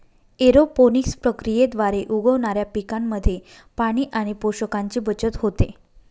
aeroponics प्रक्रियेद्वारे उगवणाऱ्या पिकांमध्ये पाणी आणि पोषकांची बचत होते